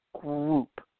group